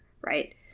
right